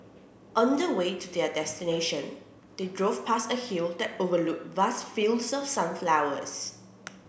on the way to their destination they drove past a hill that overlooked vast fields of sunflowers